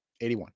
81